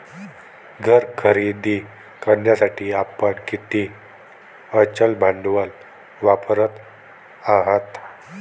घर खरेदी करण्यासाठी आपण किती अचल भांडवल वापरत आहात?